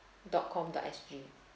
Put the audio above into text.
dot com dot S_G